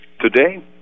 Today